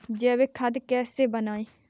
जैविक खाद कैसे बनाएँ?